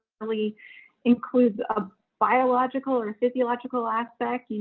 probably includes a biological or physiological aspect,